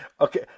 Okay